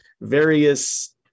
various